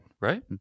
right